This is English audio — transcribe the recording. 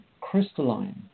crystalline